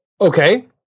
Okay